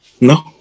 No